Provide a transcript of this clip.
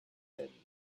inn